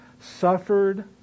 suffered